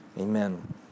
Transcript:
Amen